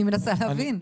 אני מנסה להבין.